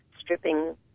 stripping